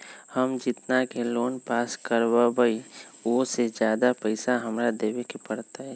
हम जितना के लोन पास कर बाबई ओ से ज्यादा पैसा हमरा देवे के पड़तई?